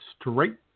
straight